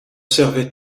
servait